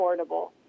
affordable